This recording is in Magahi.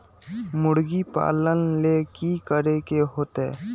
मुर्गी पालन ले कि करे के होतै?